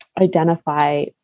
identify